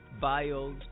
bios